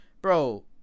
bro